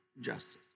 justice